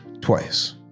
twice